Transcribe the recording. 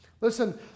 Listen